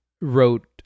wrote